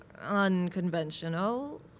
unconventional